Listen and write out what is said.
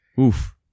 Oof